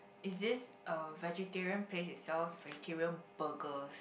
it's this uh vegetarian place it sells vegetarian burgers